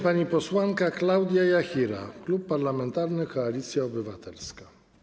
Pani posłanka Klaudia Jachira, Klub Parlamentarny Koalicja Obywatelska.